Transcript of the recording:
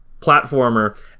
platformer